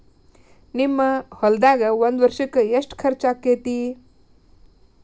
ನಿಮ್ಮ ಹೊಲ್ದಾಗ ಒಂದ್ ವರ್ಷಕ್ಕ ಎಷ್ಟ ಖರ್ಚ್ ಆಕ್ಕೆತಿ?